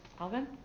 Alvin